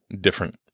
different